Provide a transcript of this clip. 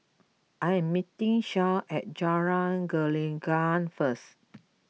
I am meeting Shay at Jalan Gelenggang first